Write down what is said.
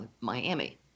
Miami